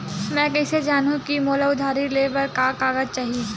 मैं कइसे जानहुँ कि मोला उधारी ले बर का का कागज चाही?